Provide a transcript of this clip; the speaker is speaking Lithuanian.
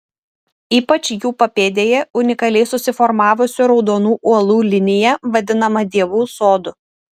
ypač jų papėdėje unikaliai susiformavusių raudonų uolų linija vadinama dievų sodu